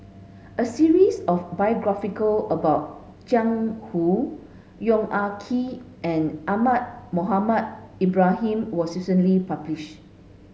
a series of biographical about Jiang Hu Yong Ah Kee and Ahmad Mohamed Ibrahim was recently publish